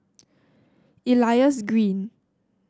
Elias Green